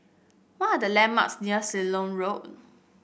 what are the landmarks near Ceylon Road